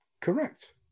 Correct